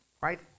right